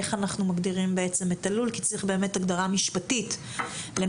איך אנחנו מגדירים את הלול כי צריך הגדרה משפטית מה